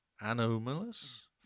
anomalous